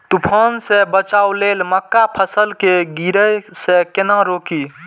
तुफान से बचाव लेल मक्का फसल के गिरे से केना रोकी?